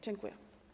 Dziękuję.